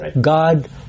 God